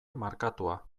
markatua